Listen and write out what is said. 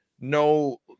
no